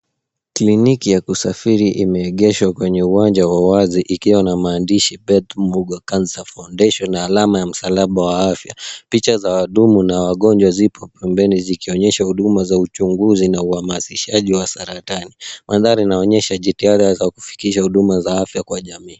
Kliniki ya kusafiri imeegeshwa kwenye uwanja wa wazi ikiwa na maandishi Bett Mugo Cancer Foundation na alama ya msalaba wa afya. Picha za wahudumu wa afya na wagonjwa ziko pembeni zikionyesha uchunguzi na uhamasishaji wa saratani. Mandhari inaonyesha jitihada za kufikisha huduma za afya kwa jamii.